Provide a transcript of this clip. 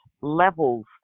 levels